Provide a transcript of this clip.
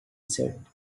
said